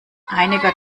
einiger